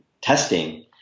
testing